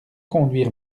conduire